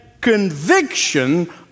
conviction